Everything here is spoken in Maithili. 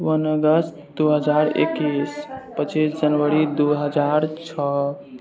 वन अगस्त दू हजार एकैस पच्चीस जनवरी दू हजार छओ